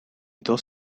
dos